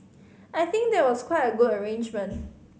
I think that was quite a good arrangement